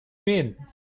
mean